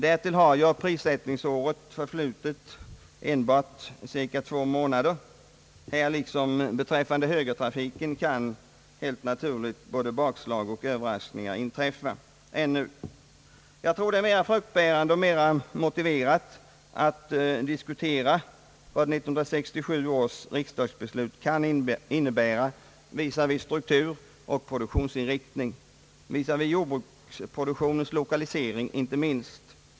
Därtill har av prissättningsåret förflutit enbart cirka två månader. Här liksom beträffande högertrafiken kan helt naturligt både bakslag och överraskningar alltjämt inträffa. Jag tror att det är mera fruktbärande och mera motiverat att diskutera vad 1967 års riksdagsbeslut kan innebära visavi struktur och produktionsinriktning samt jordbruksproduktionens lokalisering inte minst.